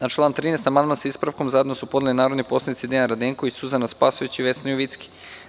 Na član 13. amandman sa ispravkom, zajedno su podneli narodni poslanici Dejan Radenković, Suzana Spasojević i Vesna Jovicki.